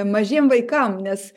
mažiem vaikam nes